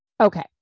okay